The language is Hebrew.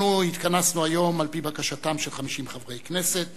אנחנו התכנסנו היום על-פי בקשתם של 50 חברי הכנסת,